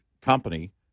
company